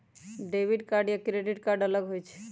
Debit card या credit card अलग होईछ ई?